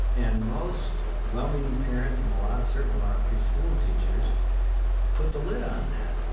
and most well-meaning parents and a lot of, certainly, a lot of preschool teachers put the lid on that,